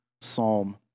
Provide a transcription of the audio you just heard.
psalm